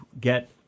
get